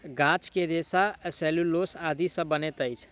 गाछ के रेशा सेल्यूलोस आदि सॅ बनैत अछि